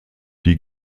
die